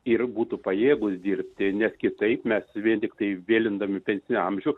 ir būtų pajėgūs dirbti nes kitaip mes vien tiktai vėlindami pensinį amžių